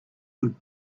would